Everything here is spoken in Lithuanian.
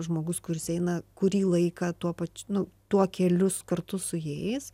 žmogus kuris eina kurį laiką tuo pačiu nu tuo kelius kartu su jais